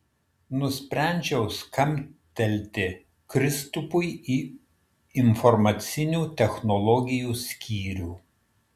nusprendžiau skambtelti kristupui į informacinių technologijų skyrių